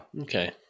Okay